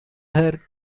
her